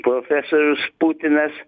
profesorius putinas